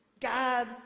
God